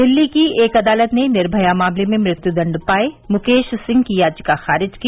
दिल्ली की एक अदालत ने निर्भया मामले में मृत्यु दंड पाए मुकेश सिंह की याचिका खारिज की